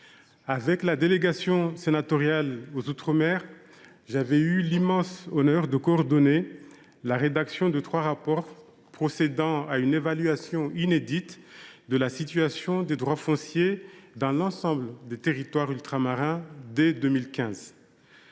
de la délégation sénatoriale aux outre mer, de coordonner la rédaction de trois rapports procédant à une évaluation inédite de la situation des droits fonciers dans l’ensemble des territoires ultramarins.